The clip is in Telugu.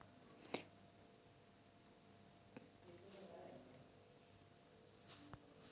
పైసలు పంపనీకి ఫోను నంబరు అవసరమేనా?